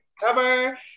Cover